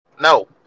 No